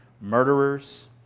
Murderers